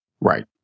Right